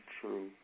true